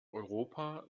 europa